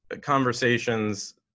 conversations